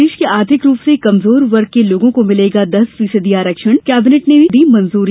प्रदेश के आर्थिक रूप से कमजोर वर्ग के लोगों को मिलेगा दस फीसदी आरक्षण केबिनेट ने भी दी मंजूरी